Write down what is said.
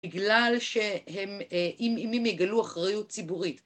בגלל שהם, אם הם יגלו אחריות ציבורית.